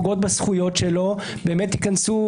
בהשתתפות פדגוגים שתבחן כל מקרה פרטני ותאמר האם ההחלטה הזו מייצרת